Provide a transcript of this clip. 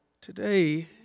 Today